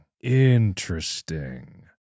Interesting